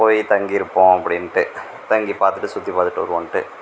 போய் தங்கியிருப்போம் அப்படின்ட்டு தங்கி பார்த்துட்டு சுற்றி பார்த்துட்டு வருவோன்ட்டு